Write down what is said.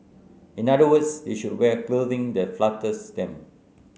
in other words they should wear clothing that flatters them